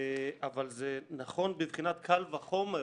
אבל זה נכון, בבחינת קל וחומר,